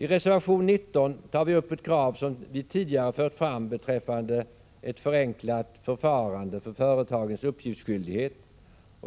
I reservation 19 tar vi reservanter upp ett krav som vi tidigare fört fram beträffande ett förenklat förfarande för företagens uppgiftsskyldighet,